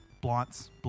blunts